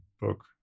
book